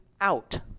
out